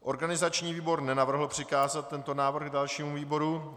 Organizační výbor nenavrhl přikázat tento návrh dalšímu výboru.